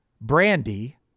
Brandy